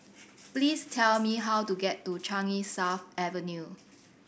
please tell me how to get to Changi South Avenue